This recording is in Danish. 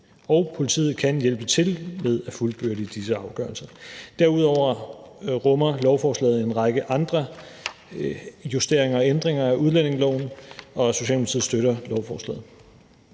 at politiet kan hjælpe til med at fuldbyrde disse afgørelser. Derudover rummer lovforslaget en række andre justeringer og ændringer af udlændingeloven. Socialdemokratiet støtter lovforslaget.